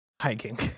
hiking